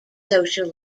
social